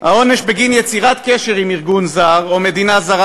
העונש בגין יצירת קשר עם ארגון זר או מדינה זרה,